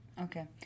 Okay